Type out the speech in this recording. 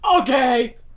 Okay